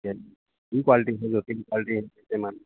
ये दो कोल्टी है जो तीन कोल्टी है एमा